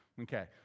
okay